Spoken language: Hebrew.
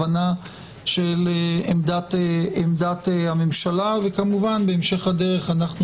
הבנה של עמדת הממשלה וכמובן בהמשך הדרך אנו